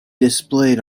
displayed